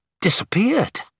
disappeared